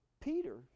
Peter